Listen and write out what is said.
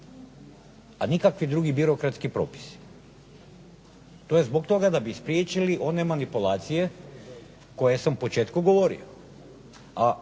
a nikakvi drugi birokratski propisi. To je zbog toga da bi spriječili one manipulacije koje sam u početku govorio,